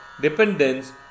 dependence